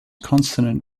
consonant